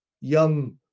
Young